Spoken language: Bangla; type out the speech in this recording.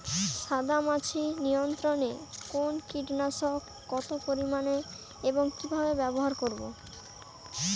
সাদামাছি নিয়ন্ত্রণে কোন কীটনাশক কত পরিমাণে এবং কীভাবে ব্যবহার করা হয়?